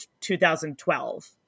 2012